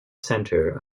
centre